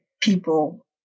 people